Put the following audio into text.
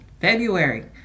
February